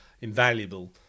invaluable